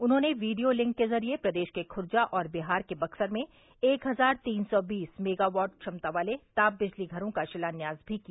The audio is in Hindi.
उन्होंने वीडियो लिंक के जरिये प्रदेश के खुर्जा और बिहार के बक्सर में एक हजार तीन सौ बीस मेगावाट क्षमता वाले ताप बिजली घरों का शिलान्यास भी किया